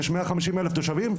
יש 150 אלף תושבים,